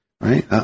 Right